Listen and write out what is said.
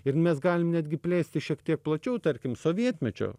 ir mes galim netgi plėsti šiek tiek plačiau tarkim sovietmečiu